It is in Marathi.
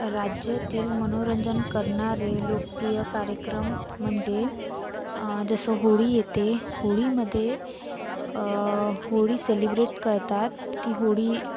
राज्यातील मनोरंजन करणारे लोकप्रिय कार्यक्रम म्हणजे जसं होळी येते होळीमध्ये होळी सेलिब्रेट करतात ती होळी